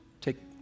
take